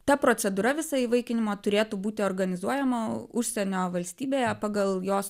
ta procedūra visa įvaikinimo turėtų būti organizuojama užsienio valstybėje pagal jos